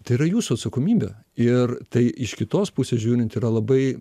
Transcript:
tai yra jūsų atsakomybė ir tai iš kitos pusės žiūrint yra labai